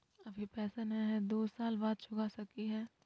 अभि पैसबा नय हय, दू साल बाद चुका सकी हय?